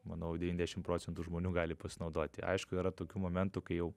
manau devyniasdešim procentų žmonių gali pasinaudoti aišku yra tokių momentų kai jau